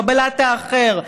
קבלת האחר,